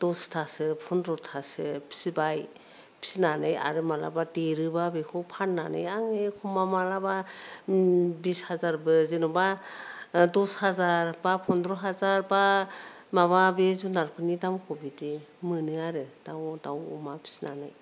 दसथासो पनद्रथासो फिसिबाय फिसिनानै आरो मालाबा देरोबा बेखौ फाननानै आङो एखम्बा मालाबा बिस हाजारबो जेनेबा दस हाजार बा पन्द्र हाजार बा माबा बे जुनारफोरनि दामखौ बिदि मोनो आरो दाउ अमा फिसिनानै